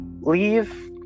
leave